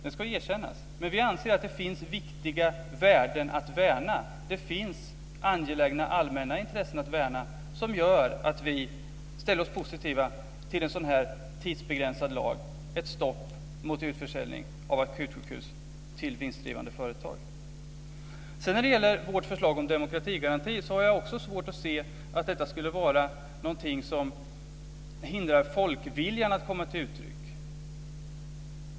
Det ska erkännas. Men vi anser att det finns viktiga värden att värna. Det finns angelägna allmänna intressen att värna som gör att vi ställer oss positiva till en sådan tidsbegränsad lag - Sedan när det gäller vårt förslag om en demokratigaranti har jag också svårt att se att detta skulle vara någonting som hindrar folkviljan att komma till uttryck.